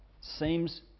seems